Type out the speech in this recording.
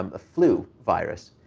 um a flu virus.